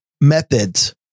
methods